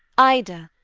ida,